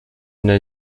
n’a